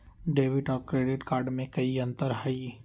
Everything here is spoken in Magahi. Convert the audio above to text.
डेबिट और क्रेडिट कार्ड में कई अंतर हई?